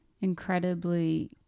incredibly